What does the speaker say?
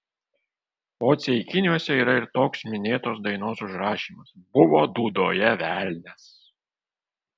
o ceikiniuose yra ir toks minėtos dainos užrašymas buvo dūdoje velnias